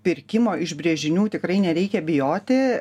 pirkimo iš brėžinių tikrai nereikia bijoti